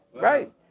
Right